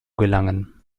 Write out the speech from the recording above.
gelangen